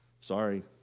Sorry